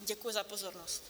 Děkuji za pozornost.